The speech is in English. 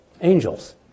angels